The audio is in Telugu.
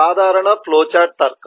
సాధారణ ఫ్లో చార్ట్ తర్కం